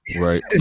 Right